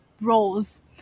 roles